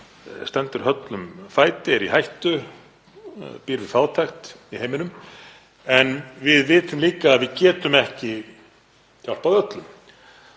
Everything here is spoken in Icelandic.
stendur höllum fæti, er í hættu, býr við fátækt í heiminum, en við vitum líka að við getum ekki hjálpað öllum.